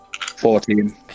Fourteen